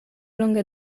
longe